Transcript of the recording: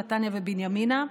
נתניה ובנימינה,